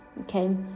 okay